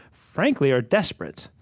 frankly, are desperate